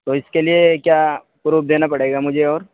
تو اس کے لیے کیا پروف دینا پڑے گا مجھے اور